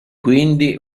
quindi